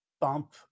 bump